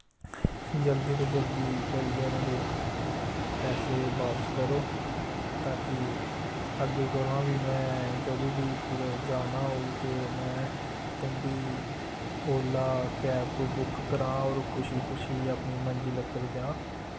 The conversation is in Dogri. जल्दी ते जल्दी करियै मेरे पैसे बाप्स करो ताकि अग्गे कोला बी में जदूं बी कुते जाना होग ते में तुंदी ओला कैब बुक करां और खुशी खुशी अपनी मंजिल उप्पर जां